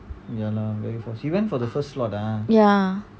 ya